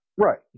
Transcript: Right